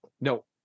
no